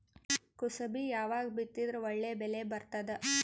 ಕುಸಬಿ ಯಾವಾಗ ಬಿತ್ತಿದರ ಒಳ್ಳೆ ಬೆಲೆ ಬರತದ?